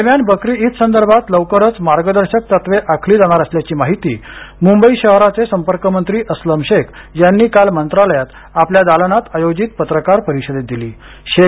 दरम्यान बकरी ईद संदर्भात लवकरच मार्गदर्शक तत्त्वे आखली जाणार असल्याची माहिती मुंबई शहरचे संपर्कमंत्री अस्लम शेख यांनी काल मंत्रालयात आपल्या दालनात आयोजित पत्रकार परिषदेत दिलीशेख